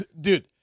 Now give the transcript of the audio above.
Dude